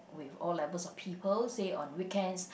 with all levels of people say on weekend